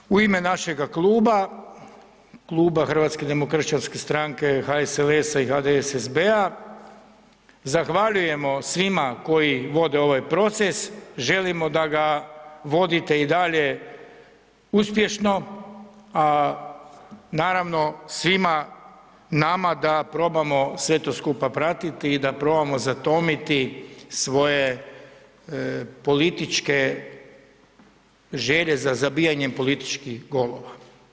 Tako da u ime našega kluba, Kluba Hrvatske demokršćanske stranke, HSLS-a i HDSSB-a zahvaljujemo svima koji vode ovaj proces, želimo da ga vodite i dalje uspješno, a naravno, svima nama da probamo sve to skupa pratiti i da probamo zatomiti svoje političke želje za zabijanjem političkih golova.